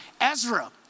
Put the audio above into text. Ezra